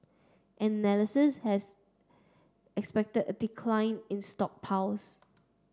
analysts has expected a decline in stockpiles